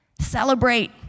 celebrate